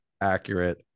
accurate